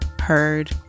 heard